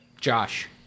Josh